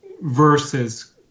versus